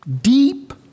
deep